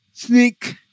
sneak